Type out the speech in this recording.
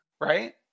right